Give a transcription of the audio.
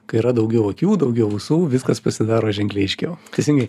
kai yra daugiau akių daugiau ausų viskas pasidaro ženkliai aiškiau teisingai